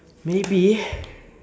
maybe